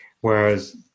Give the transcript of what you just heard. Whereas